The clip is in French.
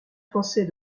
français